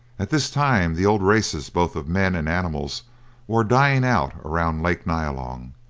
at this time the old races both of men and animals were dying out around lake nyalong,